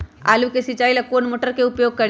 आलू के सिंचाई ला कौन मोटर उपयोग करी?